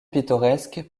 pittoresques